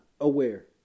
Aware